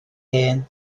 hen